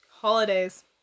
Holidays